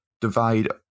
divide